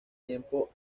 tiempo